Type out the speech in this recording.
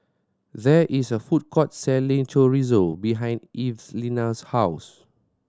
there is a food court selling Chorizo behind Evelina's house